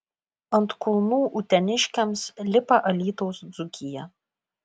ant kulnų uteniškiams lipa alytaus dzūkija